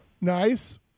Nice